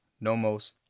nomos